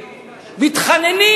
מתחננים,